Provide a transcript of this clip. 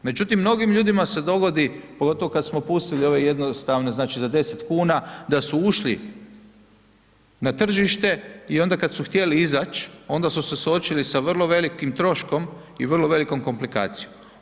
Međutim, mnogim ljudima se dogodi, pogotovo kad smo pustili ove jednostavne znači za 10 kuna da su ušli na tržište i onda kad su htjeli izać onda su se suočili sa vrlo velikim troškom i vrlo velikom komplikacijom.